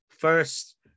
First